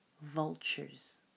vultures